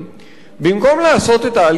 במקום לעשות את ההליך הזה,